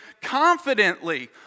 confidently